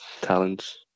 talents